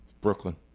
Brooklyn